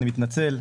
אני מתנצל.